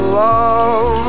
love